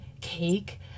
cake